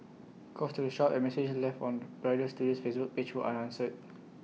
calls to the shop and messages left on bridal studio's Facebook page were unanswered